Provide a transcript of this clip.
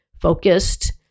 focused